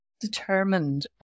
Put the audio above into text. determined